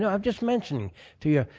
you know i'm just mentioning to you,